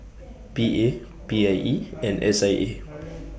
P A P I E and S I A